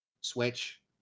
Switch